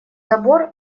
забор